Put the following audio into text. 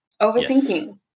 overthinking